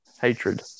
hatred